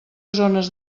zones